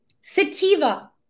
sativa